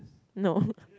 no